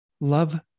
Love